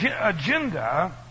agenda